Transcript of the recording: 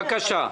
בבקשה.